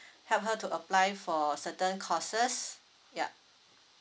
help her to apply for certain courses yup